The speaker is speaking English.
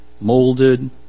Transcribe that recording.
molded